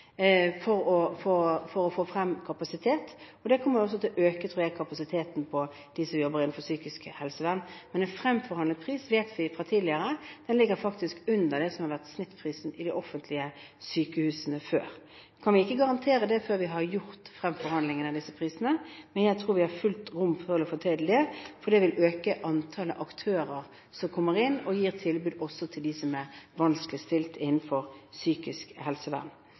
for å få frem kapasitet. Det tror jeg kommer til å øke kapasiteten hos dem som jobber innenfor psykisk helsevern. Men vi vet fra tidligere at fremforhandlet pris faktisk ligger under det som har vært snittprisen i de offentlige sykehusene før. Så vi kan ikke garantere dette før vi har fremforhandlet disse prisene, men jeg tror vi har fullt rom for å få til det, for det vil øke antallet aktører som kommer inn, og gi et tilbud til dem som er vanskeligst stilt innenfor psykisk helsevern.